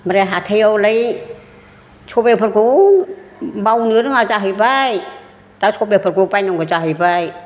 ओमफ्राय हाथायावलाय सबाइफोरखौबो मावनो रोङा जाहैबाय दा सबाइफोरखौ बायनांगौ जाहैबाय